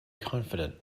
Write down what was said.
confident